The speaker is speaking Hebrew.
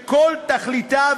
אולי את היית לא בסדר?